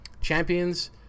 Champions